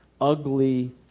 ugly